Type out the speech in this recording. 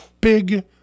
big